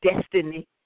destiny